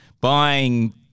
buying